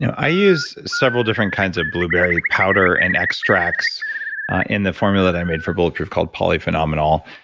and i use several different kinds of blueberry powder and extracts in the formula that i made for bulletproof called polyphenomenal.